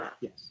Yes